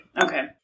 Okay